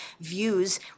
views